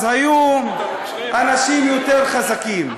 אז היו אנשים יותר חזקים: